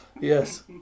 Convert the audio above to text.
yes